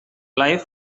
life